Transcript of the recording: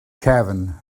cefn